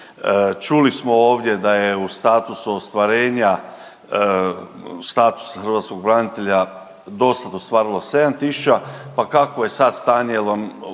Čuli smo ovdje da je statusu ostvarenja statusa hrvatskog branitelja do sad ostvarilo sedam tisuća, pa kakvo je sad stanje,